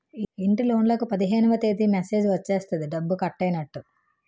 ఇంటిలోన్లకు పదిహేనవ తేదీ మెసేజ్ వచ్చేస్తది డబ్బు కట్టైనట్టు